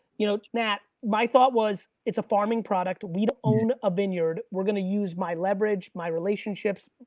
you know, nat, my thought was it's a farming product, we own a vineyard, we're gonna use my leverage, my relationships,